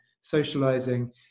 socializing